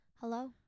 Hello